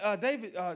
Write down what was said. David